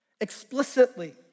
explicitly